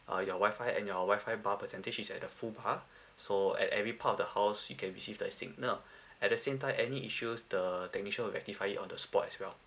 uh your WI-FI and your WI-FI bar percentage is at the full bar so at every part of the house you can receive the signal at the same time any issues the technician will rectify it on the spot as well